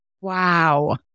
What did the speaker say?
Wow